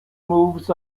moves